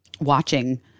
watching